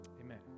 Amen